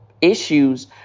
issues